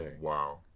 Wow